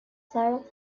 sarah